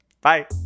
Bye